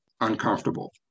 uncomfortable